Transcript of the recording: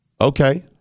Okay